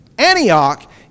Antioch